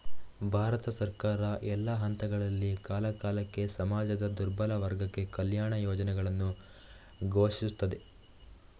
ಭಾರತ ಸರ್ಕಾರ, ಎಲ್ಲಾ ಹಂತಗಳಲ್ಲಿ, ಕಾಲಕಾಲಕ್ಕೆ ಸಮಾಜದ ದುರ್ಬಲ ವರ್ಗಕ್ಕೆ ಕಲ್ಯಾಣ ಯೋಜನೆಗಳನ್ನು ಘೋಷಿಸುತ್ತದೆ